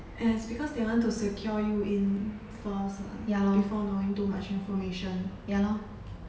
and is because they want to secure you in first lah before knowing too much information